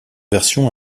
version